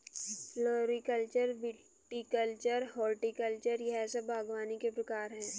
floriculture, viticulture, horticulture यह सब बागवानी के प्रकार है